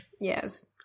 Yes